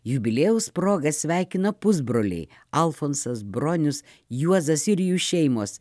jubiliejaus proga sveikino pusbroliai alfonsas bronius juozas ir jų šeimos